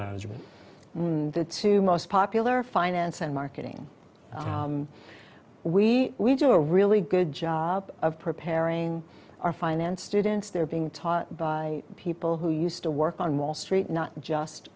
management the two most popular finance and marketing we we do a really good job of preparing our finance students there being taught by people who used to work on wall street not just